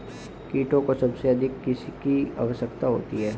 कीटों को सबसे अधिक किसकी आवश्यकता होती है?